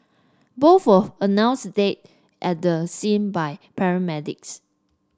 both were announced dead at the scene by paramedics